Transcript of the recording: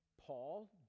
Paul